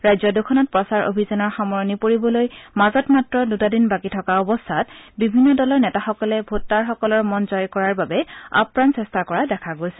ৰাজ্য দুখনত প্ৰচাৰ অভিযানৰ সামৰণি পৰিবলৈ মাজত মাত্ৰ দুটা দিন বাকী থকা অৱস্থাত বিভিন্ন দলৰ নেতাসকলে ভোটাৰসকলৰ মন জয় কৰাৰ বাবে আপ্ৰাণ চেষ্টা কৰা দেখা গৈছে